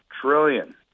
trillion